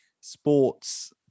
sports